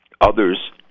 others